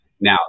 Now